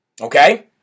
Okay